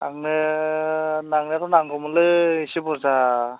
आंनो नांनायाथ' नांगौमोनलै एसे बुर्जा